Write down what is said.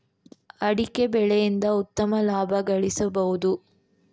ಅಡಿಕೆ ಬೆಳೆಯಿಂದ ಉತ್ತಮ ಲಾಭ ಗಳಿಸಬೋದು